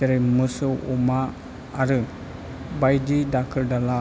जेरै मोसौ अमा आरो बायदि दाखोर दाला